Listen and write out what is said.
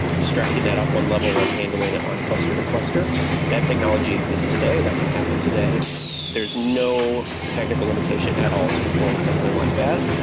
abstracting that up one level and handling it on cluster-to-cluster. that technology exists today. that can happen today there's no technical limitation at all to deploying something like that.